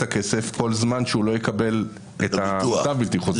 הכסף כל זמן שהוא לא יקבל את המוטב הבלתי חוזר.